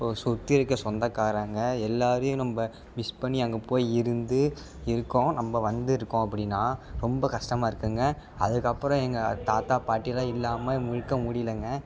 இப்போது சுற்றி இருக்கற சொந்தக்காரங்க எல்லோரையும் நம்ம மிஸ் பண்ணி அங்கே போய் இருந்து இருக்கோம் நம்ம வந்திருக்கோம் அப்படின்னா ரொம்ப கஷ்டமா இருக்குங்க அதுக்கு அப்புறம் எங்கள் தாத்தா பாட்டி எல்லாம் இல்லாமல் இருக்க முடியலங்க